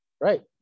Right